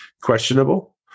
questionable